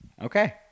Okay